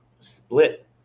split